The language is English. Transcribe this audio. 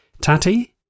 Tatty